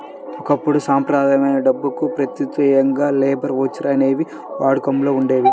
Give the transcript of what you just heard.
ఒకప్పుడు సంప్రదాయమైన డబ్బుకి ప్రత్యామ్నాయంగా లేబర్ ఓచర్లు అనేవి వాడుకలో ఉండేయి